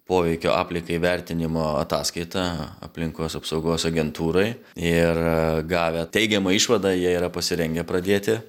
poveikio aplinkai vertinimo ataskaitą aplinkos apsaugos agentūrai ir gavę teigiamą išvadą jie yra pasirengę pradėti